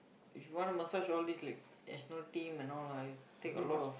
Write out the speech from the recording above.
if you wanna massage all these like national team and all ah is take a lot of